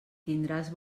tindràs